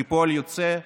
כפועל יוצא,